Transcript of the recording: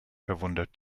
verwundert